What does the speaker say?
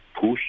push